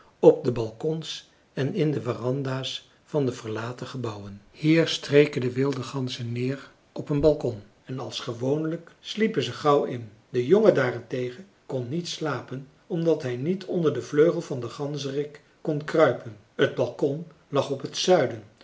op de balkons en in de waranda's van de verlaten gebouwen hier streken de wilde ganzen neer op een balkon en als gewoonlijk sliepen ze gauw in de jongen daarentegen kon niet slapen omdat hij niet onder den vleugel van den ganzerik kon kruipen t balkon lag op het zuiden